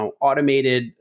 automated